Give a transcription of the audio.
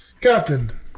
Captain